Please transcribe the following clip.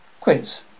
Quince